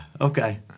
Okay